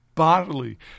Bodily